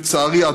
לצערי,